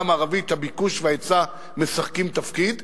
המערבית הביקוש וההיצע משחקים תפקיד,